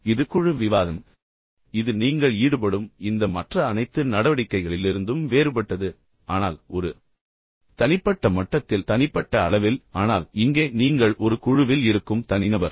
இது குழு விவாதம் இது நீங்கள் ஈடுபடும் இந்த மற்ற அனைத்து நடவடிக்கைகளிலிருந்தும் வேறுபட்டது ஆனால் ஒரு தனிப்பட்ட மட்டத்தில் தனிப்பட்ட அளவில் ஆனால் இங்கே நீங்கள் ஒரு குழுவில் இருக்கும் தனிநபர்